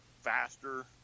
faster